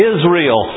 Israel